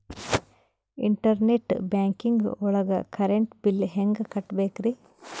Internet banking ಒಳಗ್ current bill ಹೆಂಗ್ ಕಟ್ಟ್ ಬೇಕ್ರಿ?